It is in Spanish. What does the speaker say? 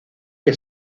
que